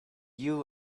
you